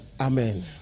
Amen